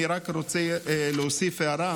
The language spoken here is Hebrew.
אני רק רוצה להוסיף הערה.